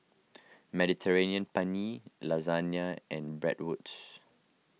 Mediterranean Penne Lasagna and Bratwurst